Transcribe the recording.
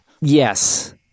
Yes